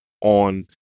on